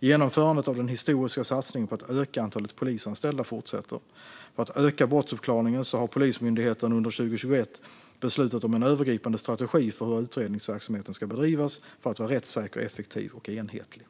Genomförandet av den historiska satsningen på att öka antalet polisanställda fortsätter. För att öka brottsuppklaringen har Polismyndigheten under 2021 beslutat om en övergripande strategi för hur utredningsverksamheten ska bedrivas för att vara rättssäker, effektiv och enhetlig.